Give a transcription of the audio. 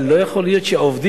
אבל לא יכול להיות שהעובדים,